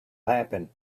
happen